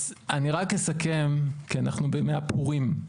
אז אני רק אסכם כי אנחנו בימי הפורים,